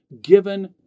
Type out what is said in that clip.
given